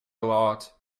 lot